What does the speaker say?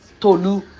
Tolu